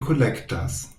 kolektas